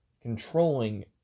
controlling